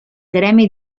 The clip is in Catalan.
gremi